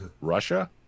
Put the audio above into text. russia